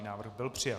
Návrh byl přijat.